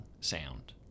sound